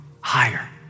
higher